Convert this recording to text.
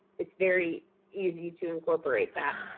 it's very easy to incorporate that.